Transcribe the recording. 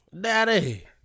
Daddy